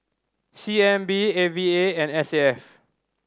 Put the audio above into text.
C N B A V A and S A F